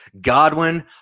Godwin